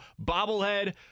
Bobblehead